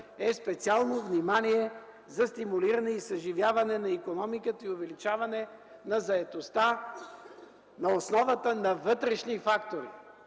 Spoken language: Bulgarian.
е специално внимание за стимулиране и съживяване на икономиката, е увеличаване на заетостта на основата на вътрешни фактори.